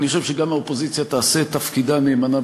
אני חושב שגם האופוזיציה תעשה את תפקידה נאמנה,